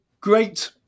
great